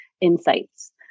insights